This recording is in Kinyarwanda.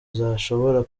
zishobora